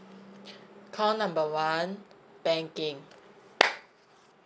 call number one banking